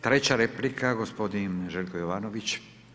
Treća replika, gospodin Željko Jovanović.